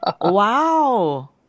Wow